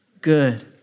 Good